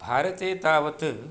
भारते तावत्